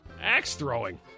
Axe-throwing